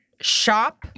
shop